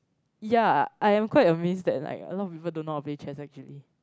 ya I am quite amazed that like a lot of people don't know how to play chess actually